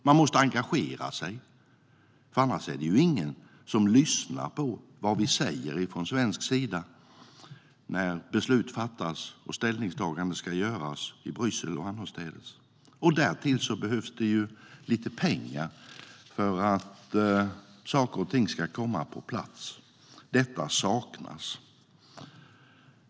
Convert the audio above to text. Man måste engagera sig, annars är det ingen som lyssnar på vad vi säger från svensk sida när beslut ska fattas och ställningstagande ska göras i Bryssel och annorstädes. Därtill behövs det lite pengar för att saker och ting ska komma på plats. Detta saknas.